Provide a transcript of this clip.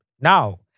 now